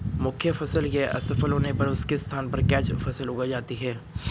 मुख्य फसल के असफल होने पर उसके स्थान पर कैच फसल उगाई जाती है